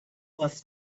was